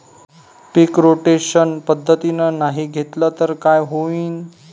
पीक rotation पद्धतीनं नाही घेतलं तर काय होईन?